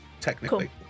technically